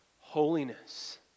holiness